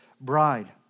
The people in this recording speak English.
bride